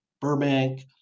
Burbank